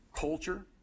culture